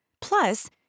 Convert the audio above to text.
Plus